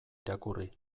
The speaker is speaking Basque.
irakurri